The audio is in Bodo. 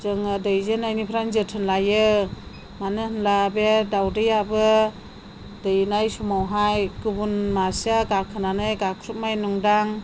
जोङो दैजेननायनिफ्रायनो जोथोन लायो मानो होनब्ला बे दावदैयाबो दैनाय समावहाय गुबुन मासेआ गाखोनानै गाख्रुब्बाय नंदों आं